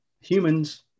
humans